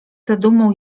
zadumą